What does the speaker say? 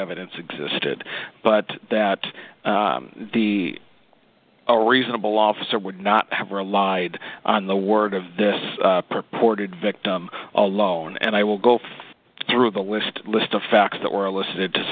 evidence existed but that the a reasonable officer would not have relied on the word of this purported victim alone and i will go through the list list of facts that were listed to